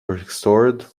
restored